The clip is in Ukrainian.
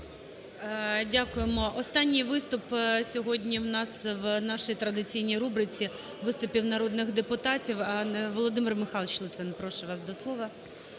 Дякуємо. Останній виступ сьогодні в нас у нашій традиційній рубриці "виступи народних депутатів" - Володимир Михайлович Литвин. Прошу вас до слова.